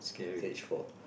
stage four